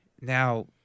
Now